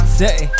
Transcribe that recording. say